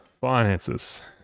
finances